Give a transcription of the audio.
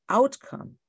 outcome